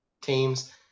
teams